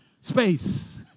space